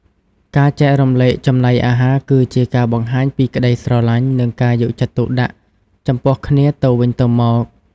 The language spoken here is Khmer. ការចែករំលែកចំណីអាហារគឺជាការបង្ហាញពីក្តីស្រឡាញ់និងការយកចិត្តទុកដាក់ចំពោះគ្នាទៅវិញទៅមក។